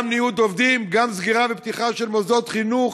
גם ניוד עובדים, גם סגירה ופתיחה של מוסדות חינוך